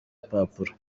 rupapuro